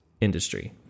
industry